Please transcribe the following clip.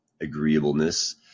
agreeableness